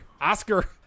Oscar